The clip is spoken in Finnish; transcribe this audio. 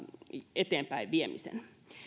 eteenpäinviemisen